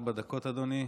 ארבע דקות, אדוני.